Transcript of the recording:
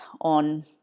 on